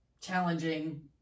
challenging